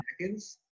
seconds